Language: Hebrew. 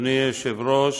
אדוני היושב-ראש,